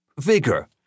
vigor